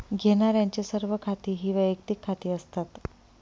घेण्यारांचे सर्व खाती ही वैयक्तिक खाती असतात